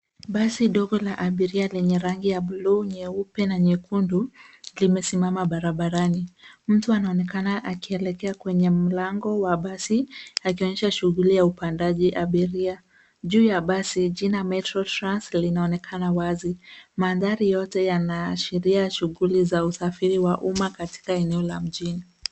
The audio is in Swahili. Basi ndogo la abiria lenye rangi ya bluu nyeupe na nyekundu limesimama barabarani. Mtu anaonekana akielekea kwenye mlango wa basi akionyesha shughuli ya upandaji abiria. Juu ya basi jina Metro Trans linaonekana wazi. Mandhari yote yanaashiria shughuli za usafiri wa umma katika eneo la mjini.